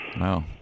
Wow